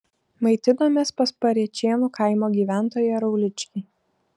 maitinomės pas parėčėnų kaimo gyventoją rauličkį